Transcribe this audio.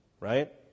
right